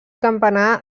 campanar